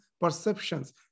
perceptions